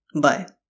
Bye